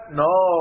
no